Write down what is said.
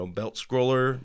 belt-scroller